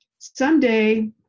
someday